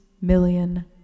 million